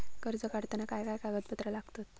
कर्ज काढताना काय काय कागदपत्रा लागतत?